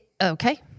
Okay